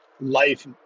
life